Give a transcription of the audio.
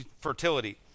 fertility